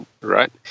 right